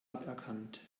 aberkannt